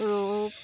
ৰূপ